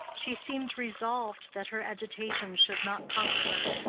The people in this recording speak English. she seemed resolved that her agitation should not conquer her,